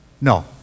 No